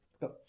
Go